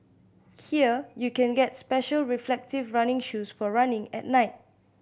here you can get special reflective running shoes for running at night